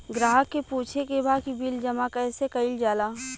ग्राहक के पूछे के बा की बिल जमा कैसे कईल जाला?